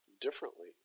differently